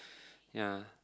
ya